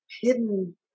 hidden